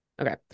Okay